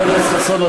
חבר הכנסת חסון,